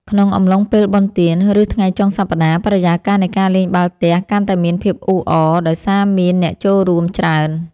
ក្នុងអំឡុងពេលបុណ្យទាន ឬថ្ងៃចុងសប្តាហ៍ បរិយាកាសនៃការលេងបាល់ទះកាន់តែមានភាពអ៊ូអរ ដោយសារមានអ្នកចូលរួមច្រើន។